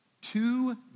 Two